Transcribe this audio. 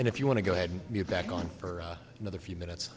and if you want to go ahead and get back on for another few minutes